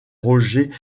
roger